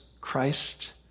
Christ